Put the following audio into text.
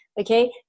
Okay